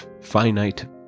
finite